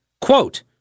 quote